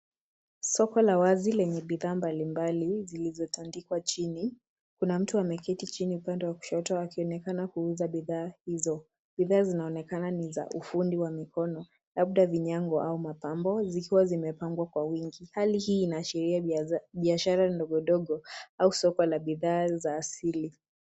Soko la wazi lenye bidhaa mbalimbali zilizotandikwa chini. Kuna mtu ameketi chini upande wa kushoto akionekana kuuza bidhaa hizo. Bidhaa zinaonekana ni za ufundi wa mikono, labda vinyango au mapambo, zikiwa zimepangwa kwa wingi. Hali hii inashiria biashara ndogo ndogo au soko la bidhaa za asili.